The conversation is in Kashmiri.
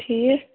ٹھیٖک